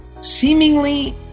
seemingly